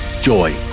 Joy